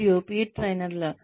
మరియు పీర్ ట్రైనర్ల